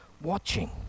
watching